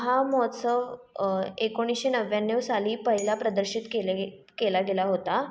हा महोत्सव एकोणीसशे नव्याण्णव साली पहिला प्रदर्शित केले गेल् केला गेला होता